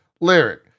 Lyric